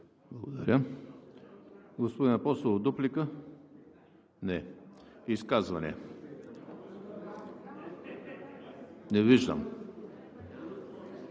Благодаря. Господин Апостолов – дуплика? Не. Изказвания? Не виждам.